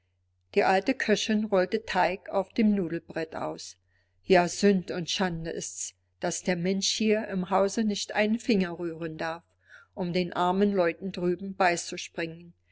die alte köchin rollte teig auf dem nudelbrett aus ja sünd und schande ist's daß der mensch hier im hause nicht einen finger rühren darf um den armen leuten drüben